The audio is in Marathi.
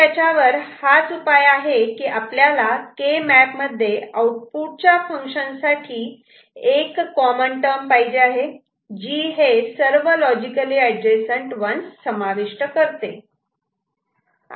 त्याच्यावर हाच उपाय आहे की आपल्याला के मॅप मध्ये आऊटपुट च्या फंक्शन साठी एक कॉमन टर्म पाहिजे आहे जी हे सर्व लॉजिकली एडजसंट 1's समाविष्ट करते